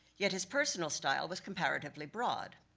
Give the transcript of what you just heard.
yet his personal style was comparatively broad.